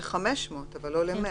ל-500, אבל לא ל-100.